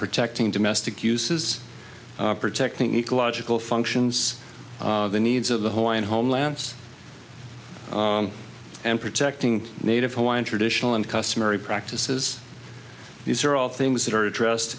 protecting domestic uses protecting ecological functions the needs of the whole and homelands and protecting native hawaiian traditional and customary practices these are all things that are addressed